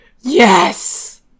Yes